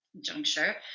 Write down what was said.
juncture